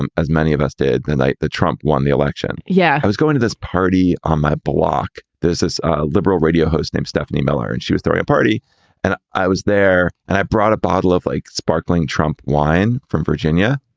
and as many of us did the night that trump won the election. yeah. i was going to this party on my block. this is a liberal radio host named stephanie miller. and she was throwing a party and i was there and i brought a bottle of like sparkling trump wine from virginia.